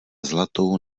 zlatou